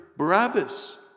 Barabbas